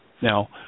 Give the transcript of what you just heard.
Now